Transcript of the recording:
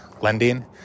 lending